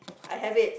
I have it